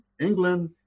England